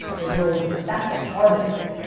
or grows with it. that's the hardest thing.